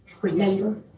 Remember